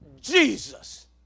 Jesus